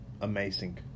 amazing